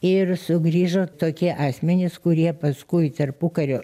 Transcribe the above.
ir sugrįžo tokie asmenys kurie paskui tarpukario